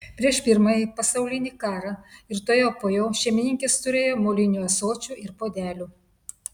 prieš pirmąjį pasaulinį karą ir tuojau po jo šeimininkės turėjo molinių ąsočių ir puodelių